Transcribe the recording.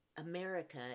America